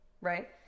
Right